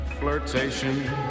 flirtation